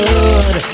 Good